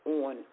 on